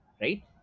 right